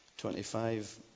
25